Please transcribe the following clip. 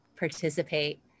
participate